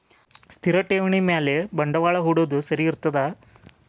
ಸ್ಥಿರ ಠೇವಣಿ ಮ್ಯಾಲೆ ಬಂಡವಾಳಾ ಹೂಡೋದು ಸರಿ ಇರ್ತದಾ?